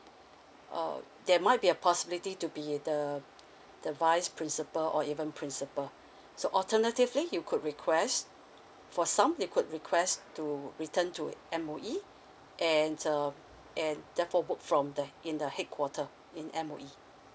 uh there might be a possibility to be the the vice principal or even principal so alternatively you could request for some they could request to return to M_O_E and uh and therefore work from the in the headquarter in M_O_E